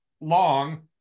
long